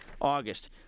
August